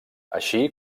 així